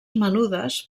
menudes